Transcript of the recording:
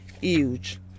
huge